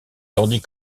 tandis